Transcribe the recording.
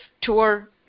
tour